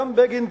גם בגין,